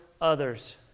others